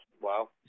wow